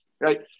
right